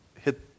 hit